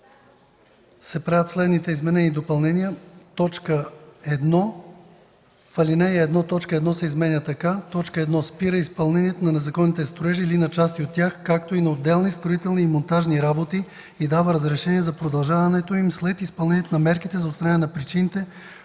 правят следните изменения и допълнения: